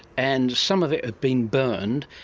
and some of it had been burned,